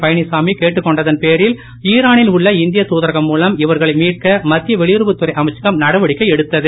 பழனிச்சாமி கேட்டுக்கொண்டதன் பேரில் ஈரா னில் உள்ள இந்தியத் தூதரகம் மூலம் இவர்களை மீட்க மத்திய வெளியுறவுத் துறை அமைச்சகம் நடவடிக்கை எடுத்தது